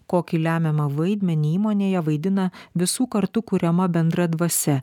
kokį lemiamą vaidmenį įmonėje vaidina visų kartu kuriama bendra dvasia